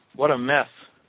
what a mess